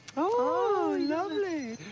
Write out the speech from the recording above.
oh, lovely!